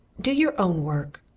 do your own work!